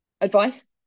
advice